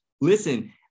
listen